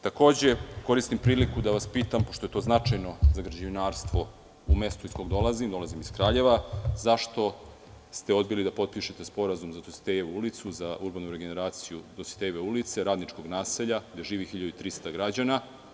Takođe, koristim priliku, pošto je to značajno za građevinarstvo u mestu iz kog dolazim, a dolazim iz Kraljeva, zašto ste odbili da potpišete sporazum za Dositejevu ulicu, za urbanu regeneraciju Dositejeve ulice, Radničkog naselja, gde živi 1.300 građana?